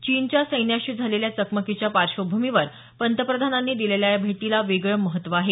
चीनच्या सैन्याशी झालेल्या चकमकीच्या पार्श्वभूमीवर पंतप्रधानांनी दिलेल्या या भेटीला वेगळे महत्त्व आहे